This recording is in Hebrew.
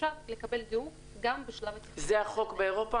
אפשר לקבל דירוג גם בשלב -- זה החוק באירופה?